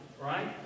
right